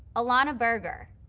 elana berger,